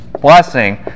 blessing